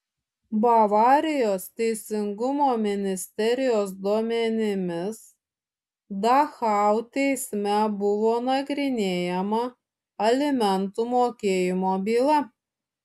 bavarijos teisingumo ministerijos duomenimis dachau teisme buvo nagrinėjama alimentų mokėjimo byla